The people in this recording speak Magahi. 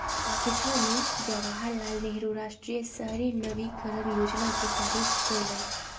राकेशवा ने जवाहर लाल नेहरू राष्ट्रीय शहरी नवीकरण योजना के तारीफ कईलय